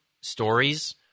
stories